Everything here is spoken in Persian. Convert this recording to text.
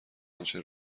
آنچه